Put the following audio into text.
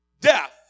death